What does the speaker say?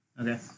Okay